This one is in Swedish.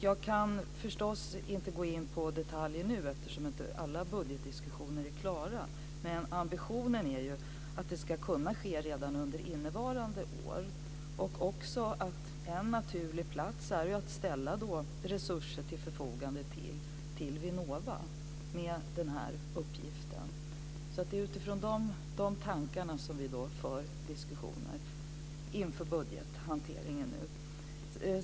Jag kan förstås inte gå in på detaljer nu eftersom inte alla budgetdiskussioner är klara. Men ambitionen är att det ska kunna ske redan under innevarande år och också att Inova är en naturlig plats att ställa resurser till förfogande till för den här uppgiften. Det är alltså utifrån dessa tankar som vi för diskussioner inför budgethanteringen.